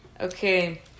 okay